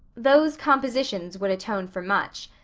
those compositions would atone for much.